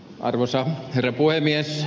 arvoisa herra puhemies